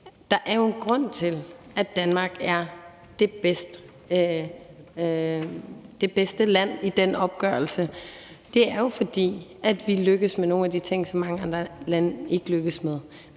der er en grund til, at Danmark er det bedste land i den opgørelse, og grunden er, at vi lykkes med nogle af de ting, som mange andre lande ikke lykkes med.